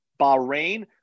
Bahrain